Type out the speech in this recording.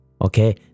Okay